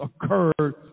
occurred